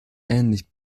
ähnlich